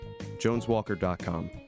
JonesWalker.com